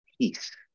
peace